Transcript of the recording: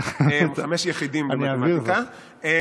חמש יחידים במתמטיקה.